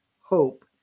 hope